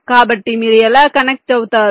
కాబట్టి మీరు ఎలా కనెక్ట్ అవుతారు